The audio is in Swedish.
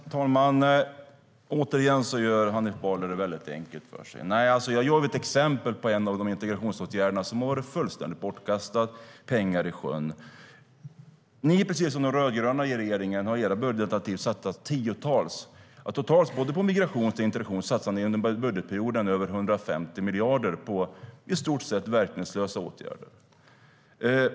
Herr talman! Återigen gör Hanif Bali det väldigt enkelt för sig. Jag tog ett exempel på en av de integrationsåtgärder som varit fullständigt bortkastade - pengar i sjön. Precis som den rödgröna regeringen satsar ni i ert budgetalternativ, Hanif Bali, över 150 miljarder totalt på både migration och integration under budgetperioden - på i stort sett verkningslösa åtgärder.